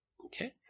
Okay